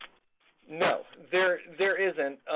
no. there there isn't.